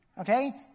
Okay